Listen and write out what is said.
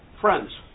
friends